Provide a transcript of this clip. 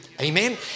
amen